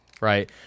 right